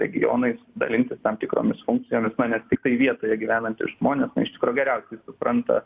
regionais dalintis tam tikromis funkcijomis na nes tiktai vietoje gyvenantys žmonės iš tikro geriausiai supranta